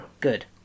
Good